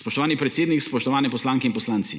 Spoštovani predsednik, spoštovane poslanke in poslanci,